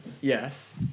yes